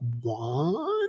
one